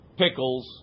pickles